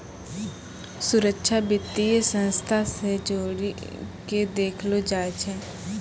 सुरक्षा वित्तीय संस्था से जोड़ी के देखलो जाय छै